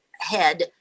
Head